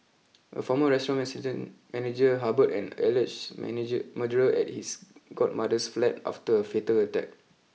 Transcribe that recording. a former restaurant assistant manager harboured an alleged manager murderer at his godmother's flat after a fatal attack